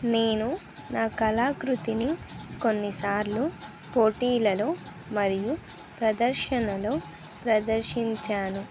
నేను నా కళాకృతిని కొన్నిసార్లు పోటీలలో మరియు ప్రదర్శనలో ప్రదర్శించాను